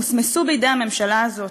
מוסמסו בידי הממשלה הזאת,